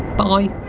bye